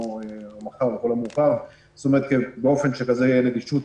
או מחר לכל המאוחר באופן שתהיה נגישות